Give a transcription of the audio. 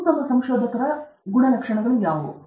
ಉತ್ತಮ ಸಂಶೋಧಕರ ಗುಣಲಕ್ಷಣಗಳು ಯಾವುವು